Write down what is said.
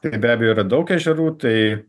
tai be abejo yra daug ežerų tai